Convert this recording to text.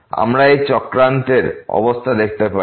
আমরা এই চক্রান্তের অবস্থা দেখতে পারি